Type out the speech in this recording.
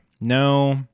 no